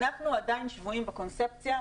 אנחנו עדיין שבויים בקונספציה,